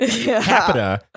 capita